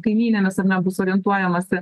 kaimynėmis ar ne bus orientuojamasi